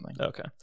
Okay